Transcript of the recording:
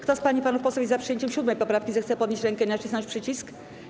Kto z pań i panów posłów jest za przyjęciem 7. poprawki, zechce podnieść rękę i nacisnąć przycisk.